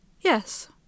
yes